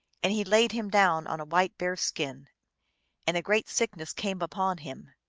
and he laid him down on a white bear-skin, and a great sickness came upon him,